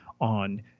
on